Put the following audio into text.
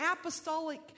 apostolic